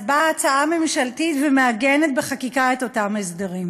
אז באה הצעה ממשלתית ומעגנת בחקיקה את אותם הסדרים.